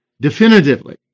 Definitively